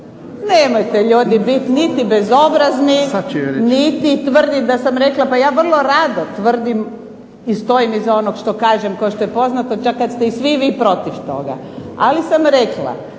Nemojte ljudi biti niti bezobrazni niti tvrdit da sam rekla, pa ja vrlo rado tvrdim i stojim iza onog što kažem kao što je poznato, čak kad ste i svi vi protiv toga. Ali sam rekla